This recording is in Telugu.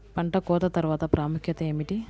పంట కోత తర్వాత ప్రాముఖ్యత ఏమిటీ?